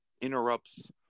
interrupts